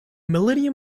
millennium